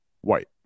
white